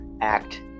act